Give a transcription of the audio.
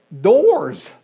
doors